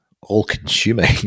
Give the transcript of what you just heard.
all-consuming